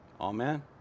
Amen